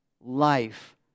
life